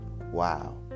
Wow